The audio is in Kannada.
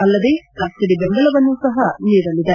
ಅಲ್ಲದೇ ಸಬ್ಲಿಡಿ ಬೆಂಬಲವನ್ನು ಸಹ ನೀಡಲಿದೆ